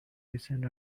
descend